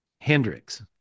Hendrix